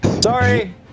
Sorry